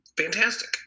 fantastic